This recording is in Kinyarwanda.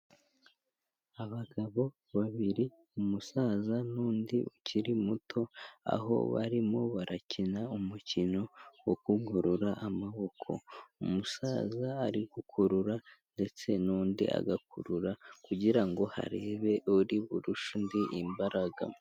Abagabo babiri, umusaza n'undi ukiri muto, aho barimo barakina umukino wo kugorora amaboko, umusaza ari gukurura ndetse n'undi agakurura kugira ngo harebwe uri burushe undi imbaraga.